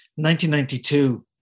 1992